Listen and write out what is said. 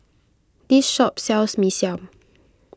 this shop sells Mee Siam